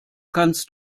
kannst